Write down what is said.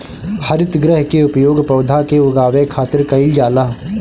हरितगृह के उपयोग पौधा के उगावे खातिर कईल जाला